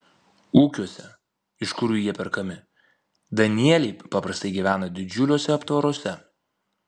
ūkiuose iš kurių jie perkami danieliai paprastai gyvena didžiuliuose aptvaruose